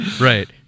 Right